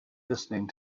listening